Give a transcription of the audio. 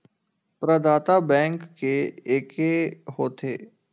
प्रदाता बैंक के एके होथे?